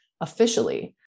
officially